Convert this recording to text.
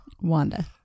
wanda